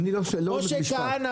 ממה שאנחנו מכירים,